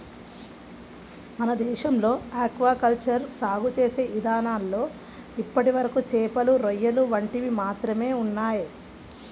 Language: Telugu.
మన దేశంలో ఆక్వా కల్చర్ సాగు చేసే ఇదానాల్లో ఇప్పటివరకు చేపలు, రొయ్యలు వంటివి మాత్రమే ఉన్నయ్